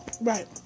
Right